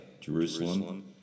Jerusalem